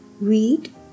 Read